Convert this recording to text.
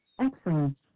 Excellent